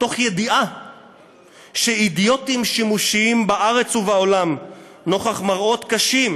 תוך ידיעה שאידיוטים שימושיים בארץ ובעולם נוכח מראות קשים,